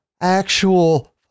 actual